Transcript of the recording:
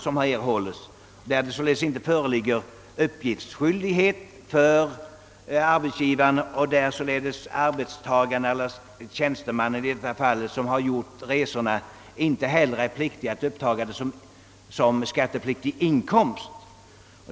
Det föreligger alltså här inte uppgiftsskyldighet för arbetsgivaren, och den tjänsteman som har gjort resorna är inte heller skyldig att ta upp beloppet som skattepliktig inkomst.